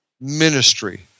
ministry